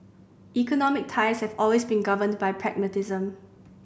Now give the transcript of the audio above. economic ties have always been governed by pragmatism